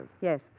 Yes